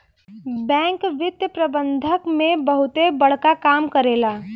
bank वित्तीय प्रबंधन में बहुते बड़का काम करेला